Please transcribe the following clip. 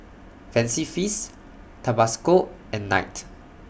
Fancy Feast Tabasco and Knight